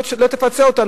לא תפצה אותם,